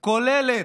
"כוללת".